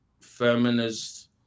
feminist